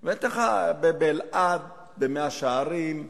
באלעד, במאה-שערים,